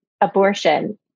abortion